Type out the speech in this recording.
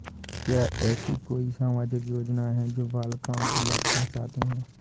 क्या ऐसी कोई सामाजिक योजनाएँ हैं जो बालिकाओं को लाभ पहुँचाती हैं?